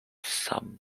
some